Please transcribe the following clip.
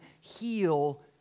heal